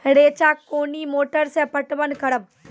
रेचा कोनी मोटर सऽ पटवन करव?